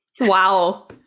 Wow